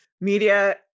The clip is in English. media